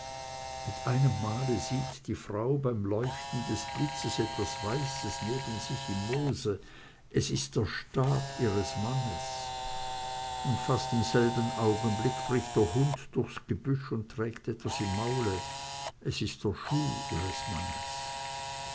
mit einemmale sieht die frau beim leuchten des blitzes etwas weißes neben sich im moose es ist der stab ihres mannes und fast im selben augenblicke bricht der hund durchs gebüsch und trägt etwas im maule es ist der schuh ihres mannes